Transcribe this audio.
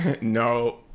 No